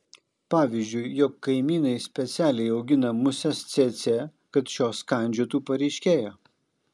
pavyzdžiui jog kaimynai specialiai augina muses cėcė kad šios kandžiotų pareiškėją